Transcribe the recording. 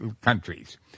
countries